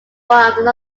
one